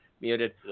Muted